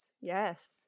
Yes